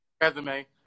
resume